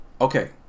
Okay